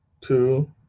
two